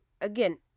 again